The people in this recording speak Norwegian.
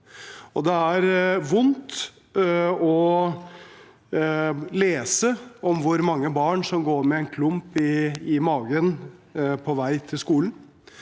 Det er vondt å lese om hvor mange barn som går med en klump i magen på vei til skolen.